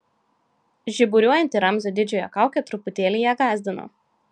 žiburiuojanti ramzio didžiojo kaukė truputėlį ją gąsdino